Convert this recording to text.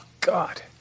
God